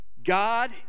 God